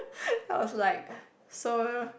then I was like so